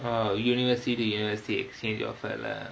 oh university university exchange offer lah